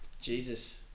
Jesus